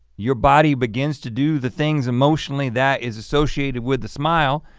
your body begins to do the things emotionally that is associated with a smile.